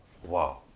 Wow